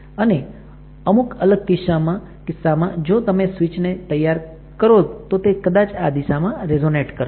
અને અમુક અલગ કિસ્સામાં જો તમે સ્વિચ ને તૈયાર કરો તો તે કદાચ આ દિશામાં રેઝોનેટ કરશે